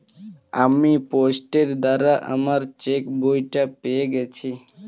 আমি পোস্টের দ্বারা আমার চেকবইটা পেয়ে গেছি